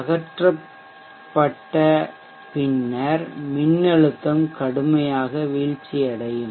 அகற்றப்பட்டட பின்னர் மின்னழுத்தம் கடுமையாக வீழ்ச்சியடையும்